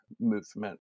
movement